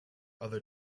other